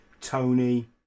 Tony